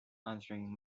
answering